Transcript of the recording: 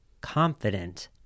confident